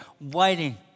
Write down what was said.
waiting